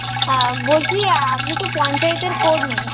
বলছি আপনি তো পঞ্চায়েতের কর্মী